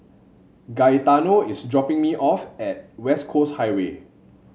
Gaetano is dropping me off at West Coast Highway